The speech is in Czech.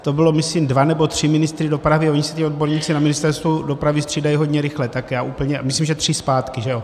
To byli myslím dva, nebo tři ministři dopravy, oni se ti odborníci na Ministerstvu dopravy střídají hodně rychle, tak já úplně a myslím, že tři zpátky, že jo?